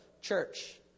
church